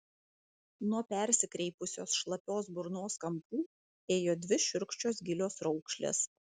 nuo persikreipusios šlapios burnos kampų ėjo dvi šiurkščios gilios raukšlės